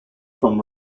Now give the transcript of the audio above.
from